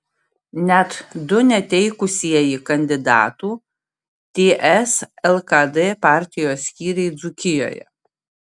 net du neteikusieji kandidatų ts lkd partijos skyriai dzūkijoje